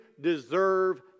deserve